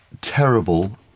terrible